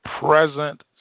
Present